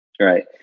Right